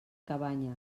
cabanya